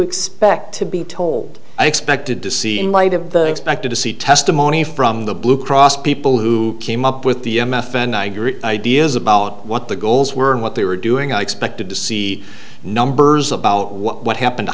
expect to be told i expected to see in light of the expected to see testimony from the blue cross people who came up with the ideas about what the goals were and what they were doing i expected to see numbers about what happened to